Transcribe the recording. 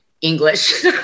English